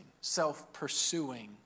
self-pursuing